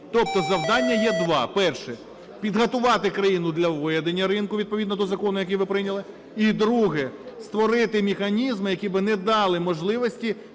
Тобто завдання є два. Перше – підготувати країну для введення ринку відповідно до закону, який ви прийняли. І друге – створити механізми, які би не дали можливості